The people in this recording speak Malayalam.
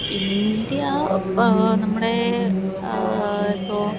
ഇന്ത്യ നമ്മുടെ ഇപ്പോൾ